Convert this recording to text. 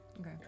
Okay